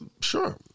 sure